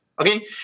Okay